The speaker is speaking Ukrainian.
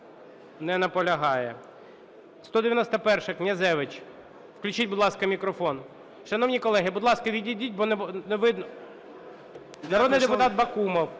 Народний депутат Бакумов.